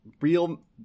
real